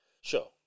Sure